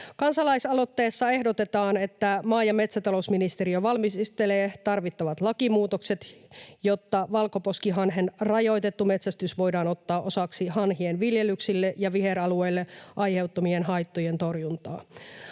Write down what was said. Kansalaisaloitteessa ehdotetaan, että maa- ja metsätalousministeriö valmistelee tarvittavat lakimuutokset, jotta valkoposkihanhen rajoitettu metsästys voidaan ottaa osaksi hanhien viljelyksille ja viheralueille aiheuttamien haittojen torjuntaa.